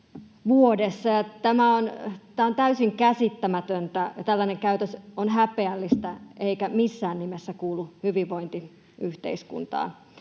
Tämä on täysin käsittämätöntä. Tällainen käytös on häpeällistä eikä missään nimessä kuulu hyvinvointiyhteiskuntaan.